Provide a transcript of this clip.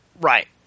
Right